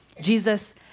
Jesus